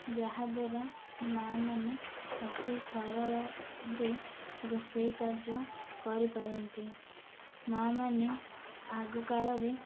ଯାହାଦ୍ୱାରା ମାଆ ମାନେ ଅତି ସରଳରେ ରୋଷେଇ କାର୍ଯ୍ୟ କରିପାରନ୍ତି ମାଆ ମାନେ ଆଗକାଳରେ